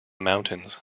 mountains